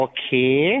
Okay